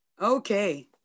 Okay